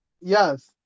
Yes